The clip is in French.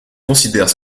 considèrent